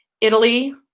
Italy